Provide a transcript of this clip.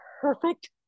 perfect